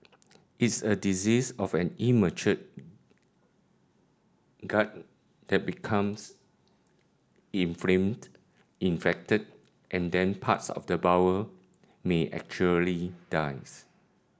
it's a disease of an immature gut that becomes inflamed infected and then parts of the bowel may actually dies